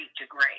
degree